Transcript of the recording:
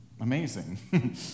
amazing